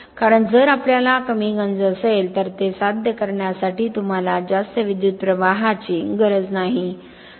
कारण जर आपल्याला कमी गंज असेल तर ते साध्य करण्यासाठी तुम्हाला जास्त विद्युत प्रवाहाची गरज नाही